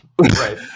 right